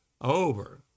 over